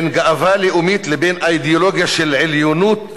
בין גאווה לאומית לאידיאולוגיה של עליונות הגזע,